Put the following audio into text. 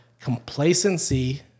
Complacency